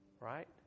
Right